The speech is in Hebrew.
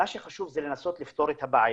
מה שחשוב זה לנסות לפתור את הבעיה.